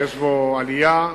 ויש בו עלייה,